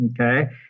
okay